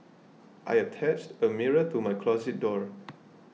I attached a mirror to my closet door